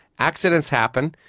accidents happen,